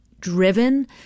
driven